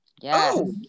yes